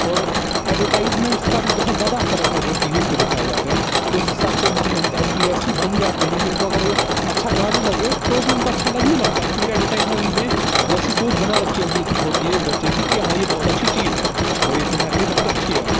اور اڈورٹائزمنٹس کا بھی بہت زیادہ اثر رہتا ہے جو ٹی ویز پہ دکھایےجاتا ہے اس حساب سے ان کی منٹالٹی ویسی بن جاتی ہیں کہ ان کو اگر یہ اچھا نہ بھی لگے تو بھی ان کو اچھا لگنے لگتا ہے کیونکہ اڈورٹائزمنٹ نے ویسی سوچ بنا رکھی ہوگی ہوتی ہے اس بچے کی کہ ہاں یہ بہت اچھی چیز ہے اور یہ تمہارے لیے بہت اچھی ہے